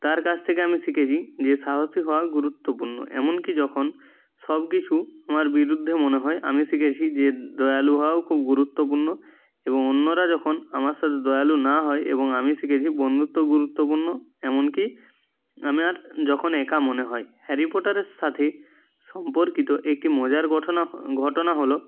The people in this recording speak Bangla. তার কাছ থেকে আমি শিখেছি যে সাহসী হওয়া গুরুত্বপূর্ণ এমনকি যখন সব কিছু আমার বিরুদ্ধে মনে হয় আমি শিখেছি যে দয়ালু হওয়াও খুব গুরুত্বপূর্ণ এবং অন্যরা যখন আমার সাথে দয়ালু না হয় এবং আমি শিখেছি বন্ধুত্বও গুরুত্বপূর্ণ এমনকি আমার যখন একা মনে হয় হ্যারি পটারের সাথে সম্পর্কিত একটি মজার ঘটনা হল